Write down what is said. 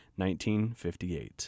1958